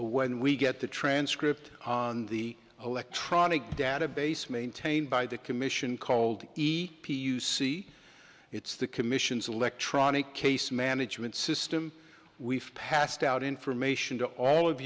when we get the transcript on the electronic database maintained by the commission called e p u c it's the commission's electronic case management system we've passed out information to all of